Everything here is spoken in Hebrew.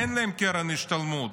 אין להם קרן השתלמות.